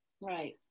Right